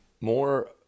more